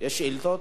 יש שאילתות